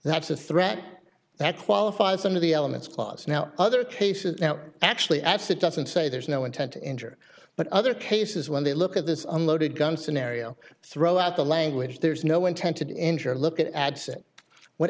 that's a threat that qualifies under the elements clause now other cases now actually as it doesn't say there's no intent to injure but other cases when they look at this unloaded gun scenario throw out the language there's no intent to injure or look at what